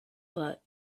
but